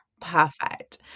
perfect